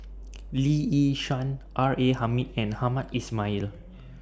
Lee Yi Shyan R A Hamid and Hamed Ismail